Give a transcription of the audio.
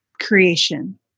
creation